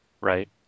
right